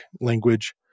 language